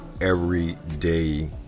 everyday